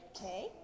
Okay